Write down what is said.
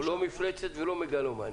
הוא לא מפלצת ולא מגלומני.